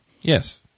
Yes